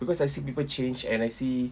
because I see people change and I see